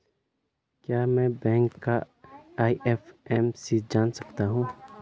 क्या मैं बैंक का आई.एफ.एम.सी जान सकता हूँ?